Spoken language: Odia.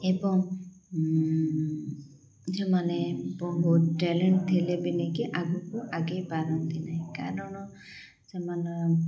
ଏବଂ ସେମାନେ ବହୁତ ଟ୍ୟାଲେଣ୍ଟ ଥିଲେ ବି ନେଇକି ଆଗକୁ ଆଗେଇ ପାରନ୍ତି ନାହିଁ କାରଣ ସେମାନେ